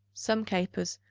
some capers,